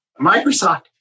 Microsoft